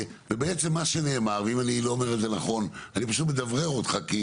בעצם מה שנאמר אני מדברר אותך כי